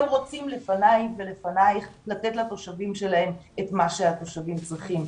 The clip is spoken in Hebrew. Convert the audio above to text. הם רוצים לפניי ולפנייך לתת לתושבים שלהם את מה שהתושבים צריכים.